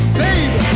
baby